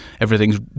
everything's